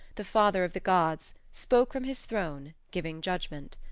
the father of the gods, spoke from his throne, giving judgment.